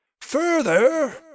Further